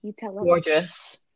gorgeous